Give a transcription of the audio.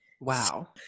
Wow